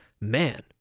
man